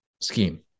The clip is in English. scheme